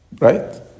right